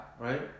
Right